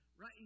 right